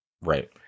Right